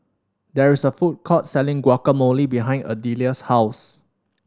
there is a food court selling Guacamole behind Adelia's house